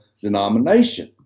denomination